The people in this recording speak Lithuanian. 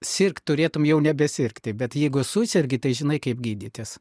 sirgt turėtum jau nebesirgti bet jeigu susergi tai žinai kaip gydytis